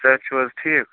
صحت چھُو حظ ٹھیٖک